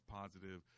positive